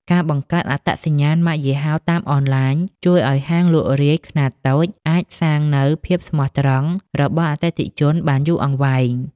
ការបង្កើត អត្តសញ្ញាណម៉ាកយីហោតាមអនឡាញ ជួយឱ្យហាងលក់រាយខ្នាតតូចអាចសាងនូវភាពស្មោះត្រង់របស់អតិថិជនបានយូរអង្វែង។